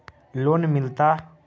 Loan मिलता?